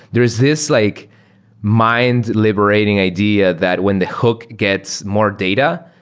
there is this like mind-liberating idea that when the hook gets more data,